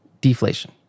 deflation